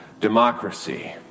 democracy